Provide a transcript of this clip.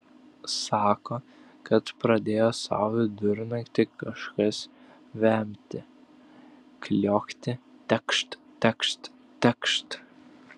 sako kad pradėjo sau vidurnaktį kažkas vemti kliokti tekšt tekšt tekšt